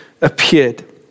appeared